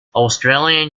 australian